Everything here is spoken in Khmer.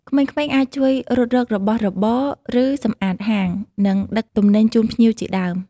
ក្មេងៗអាចជួយរត់រករបស់របរ ឬសម្អាតហាង និងដឹកទំនិញជូនភ្ញៀវជាដើម។